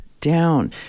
down